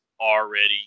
already